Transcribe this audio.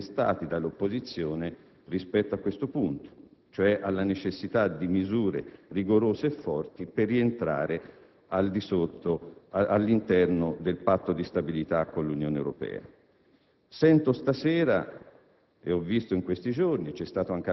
per raggiungere quest'obiettivo, siamo stati contestati dall'opposizione rispetto a questo punto, cioè alla necessità di misure rigorose e forti per rientrare all'interno del patto di stabilità con l'Unione Europea.